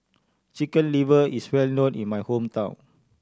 Chicken Liver is well known in my hometown